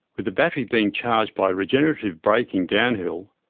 with the battery being charged by regenerative braking downhill,